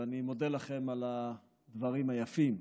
ואני מודה לכם על הדברים היפים.